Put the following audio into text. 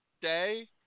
day